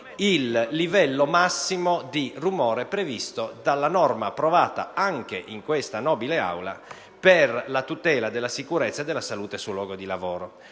il livello massimo di rumore previsto dalla normativa, approvata anche in questa nobile Aula, per la tutela della sicurezza e della salute sul luogo di lavoro.